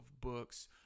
books